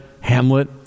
Hamlet